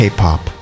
K-pop